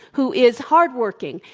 who is hardworking,